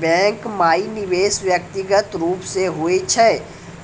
bank माई निवेश व्यक्तिगत रूप से हुए छै